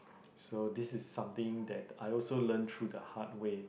so this is something that I also learn through the hard way